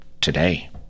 Today